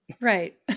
Right